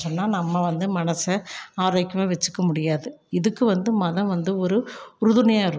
சொன்னால் நம்ம வந்து மனதை ஆரோக்கியமாக வச்சுக்க முடியாது இதுக்கு வந்து மனம் வந்து ஒரு உறுதுணையாக இருக்கும்